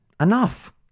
enough